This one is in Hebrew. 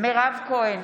מירב כהן,